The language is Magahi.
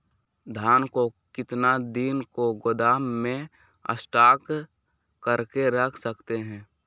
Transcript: धान को कितने दिन को गोदाम में स्टॉक करके रख सकते हैँ?